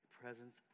presence